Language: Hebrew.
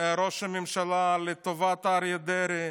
ראש הממשלה, לטובת אריה דרעי.